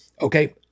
okay